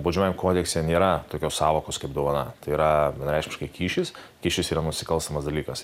baudžiamajame kodekse nėra tokios sąvokos kaip dovana tai yra vienareikšmiškai kyšis kyšis yra nusikalstamas dalykas